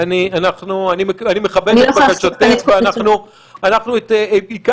אני לא יכולה לחשוף כאן את כל הנתונים.